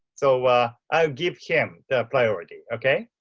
so ah i'll give him a priority. okay.